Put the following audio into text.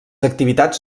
activitats